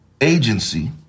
agency